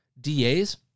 DAs